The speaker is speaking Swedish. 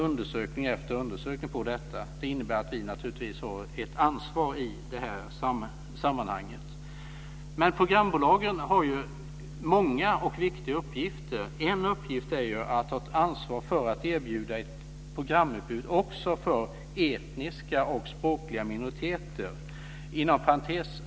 Undersökning efter undersökning har givit samma resultat. Detta visar att vi i detta sammanhang har ett ansvar. Programbolagen har ju många och viktiga uppgifter. En uppgift är att ta ansvar för att erbjuda ett programutbud också för etniska och språkliga minoriteter.